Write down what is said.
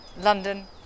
London